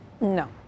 No